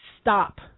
stop